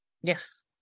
Yes